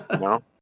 no